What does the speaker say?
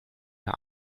mehr